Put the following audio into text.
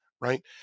right